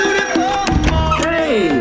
Hey